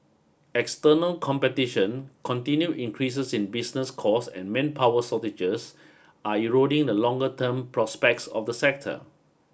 external competition continued increases in business cost and manpower shortages are eroding the longer term prospects of the sector